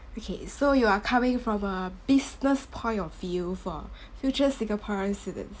okay so you are coming from a business point of view for future singaporean students